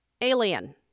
Alien